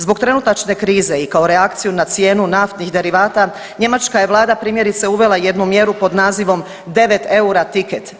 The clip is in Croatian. Zbog trenutačne krize i kao reakciju na cijenu naftnih derivata njemačka je vlada primjerice uvela jednu mjeru pod nazivom 9 eura tiket.